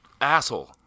asshole